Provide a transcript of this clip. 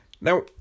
Now